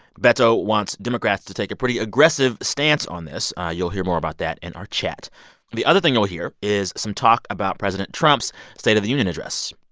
beto wants democrats to take a pretty aggressive stance on this. ah you'll hear more about that in our chat the other thing you'll hear is some talk about president trump's state of the union address.